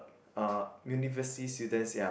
uh university students ya